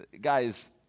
guys